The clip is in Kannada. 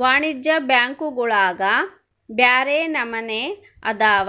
ವಾಣಿಜ್ಯ ಬ್ಯಾಂಕುಗುಳಗ ಬ್ಯರೆ ನಮನೆ ಅದವ,